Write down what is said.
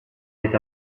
with